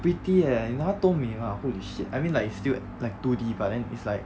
pretty leh 你懂她多美吗 holy shit I mean like it's still like two D but then is like